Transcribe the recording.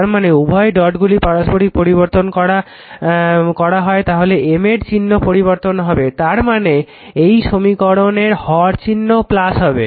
তারমানে যদি ডটগুলির পারস্পরিক পরিবর্তন করা হয় তাহলে M এর চিহ্ন পরিবর্তন হবে তার মানে এই সমীকরণে হরের চিহ্নও হবে